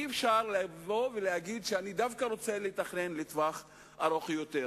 אי-אפשר לבוא להגיד שאני רוצה דווקא לתכנן לטווח ארוך יותר.